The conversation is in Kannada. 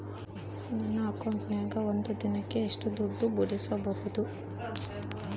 ನನ್ನ ಅಕೌಂಟಿನ್ಯಾಗ ಒಂದು ದಿನಕ್ಕ ಎಷ್ಟು ದುಡ್ಡು ಬಿಡಿಸಬಹುದು?